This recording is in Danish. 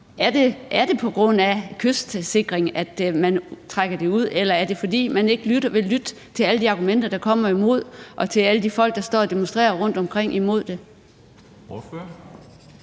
Er det på grund af kystsikringen, at man trækker det ud? Eller er det, fordi man ikke vil lytte til alle de argumenter, der kommer imod, og til alle de folk, der står og demonstrerer imod det